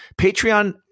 Patreon